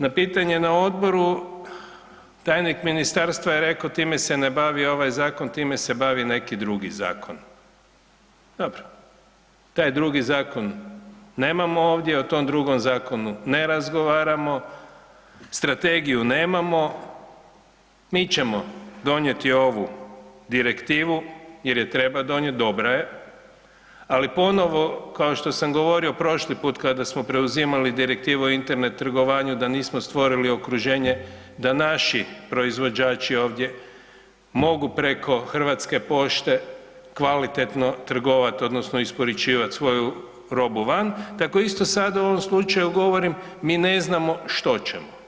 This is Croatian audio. Na pitanje na Odboru, tajnik Ministarstva je rekao „time se ne bavi ovaj Zakon, time se bavi neki drugi Zakon“, dobro, taj drugi Zakon nemamo ovdje, o tom drugom Zakonu ne razgovaramo, strategiju nemamo, mi ćemo donijeti ovu Direktivu jer je treba donijet, dobra je, ali ponovo, kao što sam govorio prošli put kada smo preuzimali Direktivu o Internet trgovanju da nismo stvorili okruženje da naši proizvođači ovdje mogu preko Hrvatske pošte kvalitetno trgovat odnosno isporučivat svoju robu van, tako isto sad u ovom slučaju govorim mi ne znamo što ćemo.